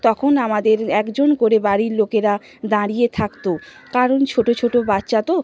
তখন আমাদের একজন করে বাড়ির লোকেরা দাঁড়িয়ে থাকত কারণ ছোটো ছোটো বাচ্চা তো